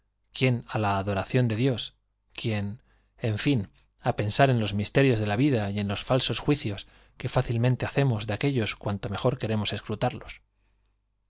quién á la adoración de dios quién en fin á pensar en los misterios de la vida y en los falsos juicios que fácil mente hacemos de aquéllos cuando mejor queremos escrutarlos